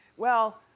well,